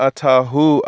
Atahu